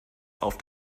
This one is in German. auf